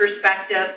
perspective